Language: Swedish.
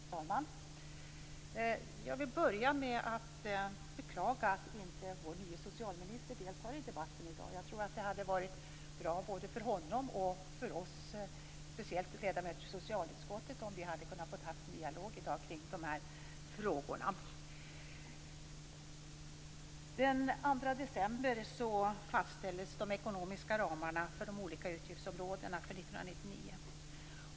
Fru talman! Jag vill börja med att beklaga att inte vår nye socialminister deltar i debatten i dag. Jag tror att det hade varit bra både för honom och för oss, speciellt för oss ledamöter i socialutskottet, om vi hade kunnat ha en dialog i dag kring dessa frågor. Den 2 december fastställdes de ekonomiska ramarna för de olika utgiftsområdena för 1999.